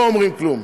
לא אומרים כלום.